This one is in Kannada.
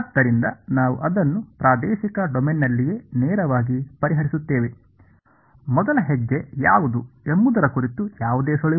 ಆದ್ದರಿಂದ ನಾವು ಅದನ್ನು ಪ್ರಾದೇಶಿಕ ಡೊಮೇನ್ನಲ್ಲಿಯೇ ನೇರವಾಗಿ ಪರಿಹರಿಸುತ್ತೇವೆ ಮೊದಲ ಹೆಜ್ಜೆ ಯಾವುದು ಎಂಬುದರ ಕುರಿತು ಯಾವುದೇ ಸುಳಿವು